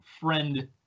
friend